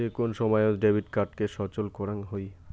যে কোন সময়ত ডেবিট কার্ডকে সচল করাং হই